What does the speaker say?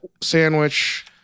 sandwich